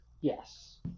Yes